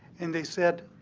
and they said,